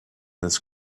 this